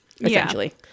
essentially